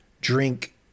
drink